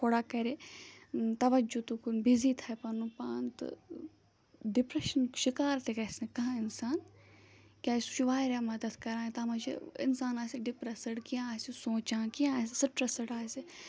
تھوڑا کَرِ تَوجُہ تُکُن بِزی تھایہِ پَنُن پان تہٕ ڈِپرٮ۪شَنُک شِکار تہِ گَژھِ نہٕ کانٛہہ اِنسان کیٛازِ سُہ چھُ وارِیاہ مَدَتھ کَران تَتھ منٛز چھِ اِنسان آسہِ ڈِپرٮ۪سٕڈ کیٚنٛہہ آسہِ سونٛچان کیٚنٛہہ آسہِ سٕٹرسٕڈ آسہِ